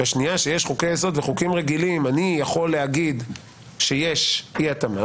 בשנייה שיש חוקי יסוד וחוקים רגילים אני יכול להגיד שיש אי התאמה,